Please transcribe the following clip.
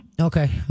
Okay